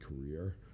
career